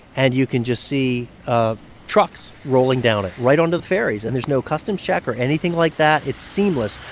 and you can just see ah trucks rolling down it right onto the ferries. and there's no customs check or anything like that. it's seamless,